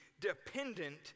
dependent